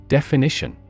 Definition